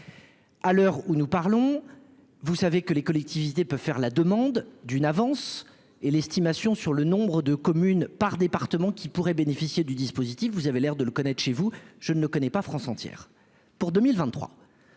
à l'heure où nous parlons, vous savez que les collectivités peut faire la demande d'une avance et l'estimation sur le nombre de communes par département qui pourraient bénéficier du dispositif, vous avez l'air de le connaître, chez vous, je ne connais pas France entière pour 2023